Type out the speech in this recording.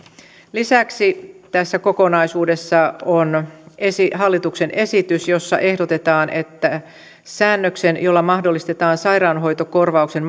lisäksi tässä kokonaisuudessa on hallituksen esitys jossa ehdotetaan että säännöksen jolla mahdollistetaan sairaanhoitokorvauksen